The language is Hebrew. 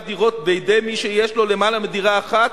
דירות בידי מי שיש לו למעלה מדירה אחת,